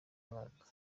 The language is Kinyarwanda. mwaka